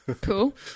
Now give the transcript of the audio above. cool